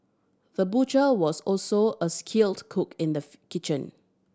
the butcher was also a skilled cook in the kitchen